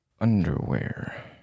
underwear